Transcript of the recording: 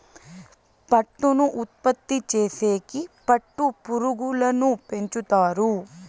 పట్టును ఉత్పత్తి చేసేకి పట్టు పురుగులను పెంచుతారు